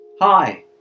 Hi